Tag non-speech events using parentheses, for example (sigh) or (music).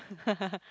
(laughs)